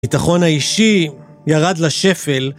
ביטחון האישי ירד לשפל.